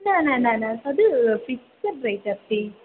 न न न न तद् फ़िक्स्ड् रेट् अस्ति